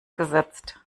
gesetzt